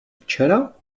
včera